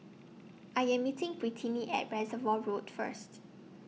I Am meeting Brittni At Reservoir Road First